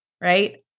Right